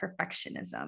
perfectionism